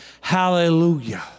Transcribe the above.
hallelujah